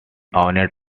owned